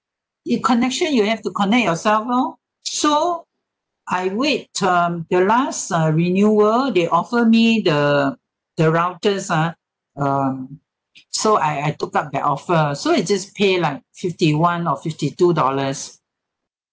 if connection you have to connect yourself lor so I wait um the last uh renewal they offer me the the routers ah um so I I took up that offer so I just pay like fifty one or fifty two dollars